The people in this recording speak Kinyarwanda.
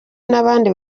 n’abandi